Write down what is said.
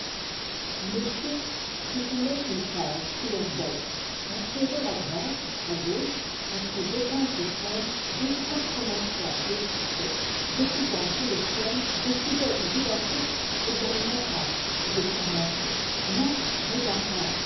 nos pieds s'étalait une plage couleur d'ocre enserrée à droite à gauche entre deux pinces sombres deux grands promontoires déchiquetés découpant sur le ciel des silhouettes identiques également âpres et tourmentées l'un